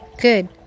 Good